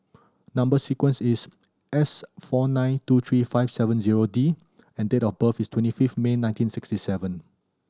number sequence is S four nine two three five seven zero D and date of birth is twenty fifth May nineteen sixty seven